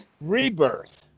rebirth